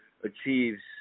achieves